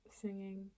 singing